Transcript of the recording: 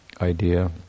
idea